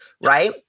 right